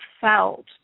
felt